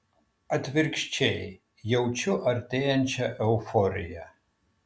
atvirkščiai jaučiu artėjančią euforiją